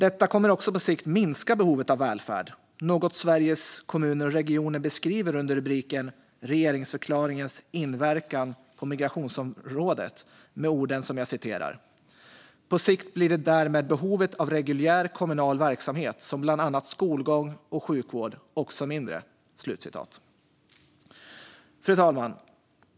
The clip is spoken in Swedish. Detta kommer också på sikt att minska behovet av välfärd, något som Sveriges Kommuner och Regioner beskriver under rubriken "Regeringsförklaringens inverkan på migrationsområdet" med följande ord: "På sikt blir därmed behovet av reguljär kommunal verksamhet, som bland annat skolgång och sjukvård, också mindre." Fru talman!